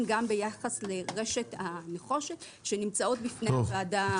גם ביחס לרשת הנחושת שנמצאות בפני הוועדה.